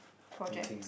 project